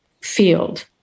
field